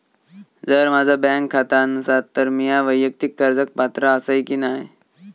जर माझा बँक खाता नसात तर मीया वैयक्तिक कर्जाक पात्र आसय की नाय?